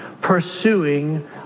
pursuing